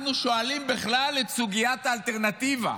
אנחנו שואלים בכלל על סוגיית האלטרנטיבה.